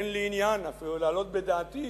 אין לי עניין אפילו להעלות בדעתי